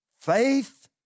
faith